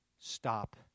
stop